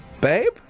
babe